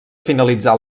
finalitzar